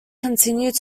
continued